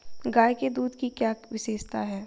गाय के दूध की क्या विशेषता है?